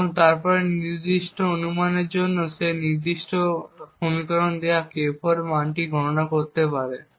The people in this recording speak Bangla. এবং তারপরে সেই নির্দিষ্ট অনুমানের জন্য সে এই নির্দিষ্ট সমীকরণটি দেওয়া K4 মানটি গণনা করতে পারে